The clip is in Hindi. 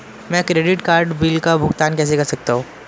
मैं क्रेडिट कार्ड बिल का भुगतान कैसे कर सकता हूं?